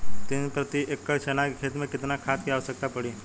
तीन प्रति एकड़ चना के खेत मे कितना खाद क आवश्यकता पड़ी?